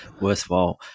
worthwhile